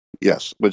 Yes